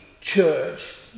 church